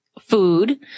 food